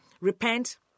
repent